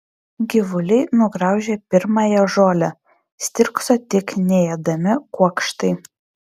gyvuliai nugraužė pirmąją žolę stirkso tik neėdami kuokštai